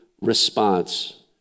response